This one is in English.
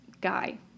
guy